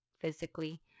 physically